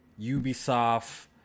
Ubisoft